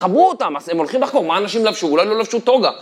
קברו אותם, אז הם הולכים לחקור מה האנשים לבשו, אולי לא לבשו טוגה.